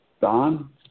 Don